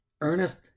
Ernest